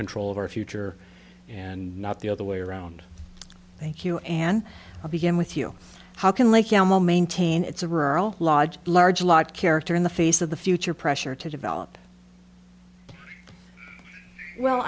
control of our future and not the other way around thank you and i'll begin with you how can like elmo maintain it's a rural lodge large lot character in the face of the future pressure to develop well